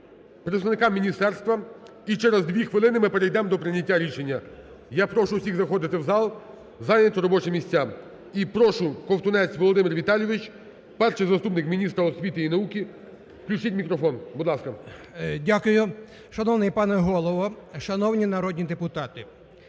представника міністерства. І через дві хвилини ми перейдемо до прийняття рішення. Я прошу всіх заходити в зал, зайняти робочі місця. І прошу, Ковтунець Володимир Віталійович, перший заступник міністра освіти і науки. Включіть мікрофон. Будь ласка. 11:58:23 КОВТУНЕЦЬ В.В. Дякую. Шановний пане Голово, шановні народні депутати!